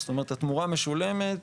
זאת אומרת התמורה מושלמת.